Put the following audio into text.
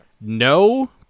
No